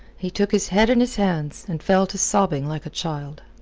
he took his head in his hands, and fell to sobbing like a child.